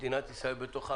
מדינת ישראל בתוכה,